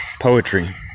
Poetry